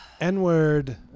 N-word